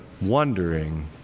wondering